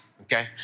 okay